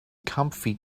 comfy